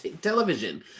television